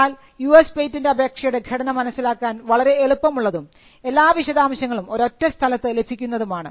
എന്നാൽ US patent അപേക്ഷയുടെ ഘടന മനസ്സിലാക്കാൻ വളരെ എളുപ്പമുള്ളതും എല്ലാ വിശദാംശങ്ങളും ഒരൊറ്റ സ്ഥലത്ത് ലഭിക്കുന്നതുമാണ്